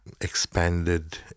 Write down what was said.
expanded